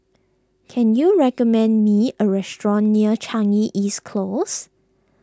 can you recommend me a restaurant near Changi East Close